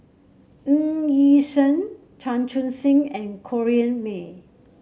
Ng Yi Sheng Chan Chun Sing and Corrinne May